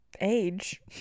Age